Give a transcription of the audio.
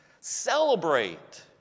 Celebrate